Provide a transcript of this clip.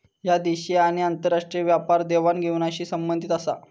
ह्या देशी आणि आंतरराष्ट्रीय व्यापार देवघेव दोन्हींशी संबंधित आसा